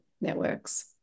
networks